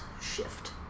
shift